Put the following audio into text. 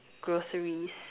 groceries